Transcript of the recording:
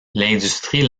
l’industrie